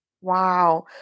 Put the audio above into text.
Wow